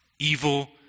Evil